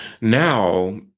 now